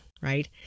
Right